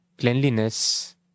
Cleanliness